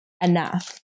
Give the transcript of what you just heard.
enough